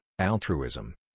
altruism